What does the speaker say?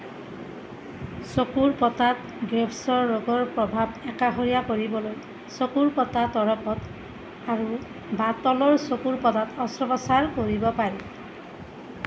চকুৰ পতাত গ্ৰেভছৰ ৰোগৰ প্ৰভাৱ একাষৰীয়া কৰিবলৈ চকুৰ পতা তৰপত আৰু বা তলৰ চকুৰ পতাত অস্ত্ৰোপচাৰ কৰিব পাৰি